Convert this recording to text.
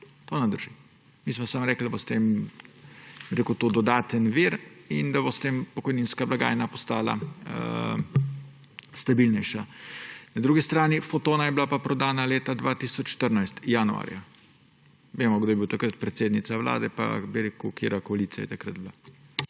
To ne drži. Mi smo samo rekli, da bo to dodaten vir in da bo s tem pokojninska blagajna postala stabilnejša. Na drugi strani, Fotona je bila pa prodana leta 2014, januarja. Vemo, kdo je bila takrat predsednica Vlade in katera koalicija je takrat bila.